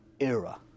era